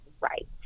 right